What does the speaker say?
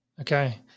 Okay